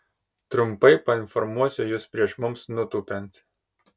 trumpai painformuosiu jus prieš mums nutūpiant